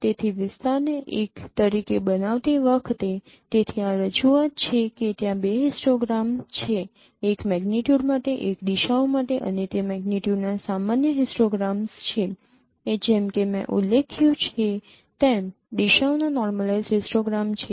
તેથી વિસ્તારને એક તરીકે બનાવતી વખતે તેથી આ રજૂઆત છે કે ત્યાં બે હિસ્ટોગ્રામ છે એક મેગ્નીટ્યુડ માટે એક દિશાઓ માટે અને તે મેગ્નિટ્યુડ્સના સામાન્ય હિસ્ટોગ્રામ છે જેમ કે મેં ઉલ્લેખ્યું છે તેમ દિશાઓના નોર્મલાઈજ્ડ હિસ્ટોગ્રામ છે